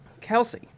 Kelsey